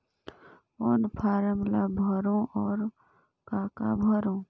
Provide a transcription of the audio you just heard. कौन फारम ला भरो और काका भरो?